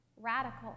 radical